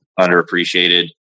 underappreciated